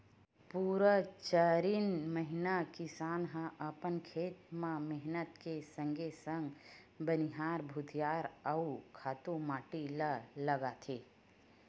पुरा चारिन महिना किसान ह अपन खेत म मेहनत के संगे संग बनिहार भुतिहार अउ खातू माटी ल लगाथे